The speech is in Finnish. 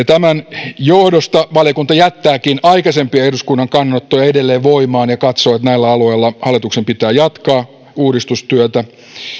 tämän johdosta valiokunta jättääkin aikaisempia eduskunnan kannanottoja edelleen voimaan ja katsoo että näillä alueilla hallituksen pitää jatkaa uudistustyötä